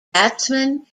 batsman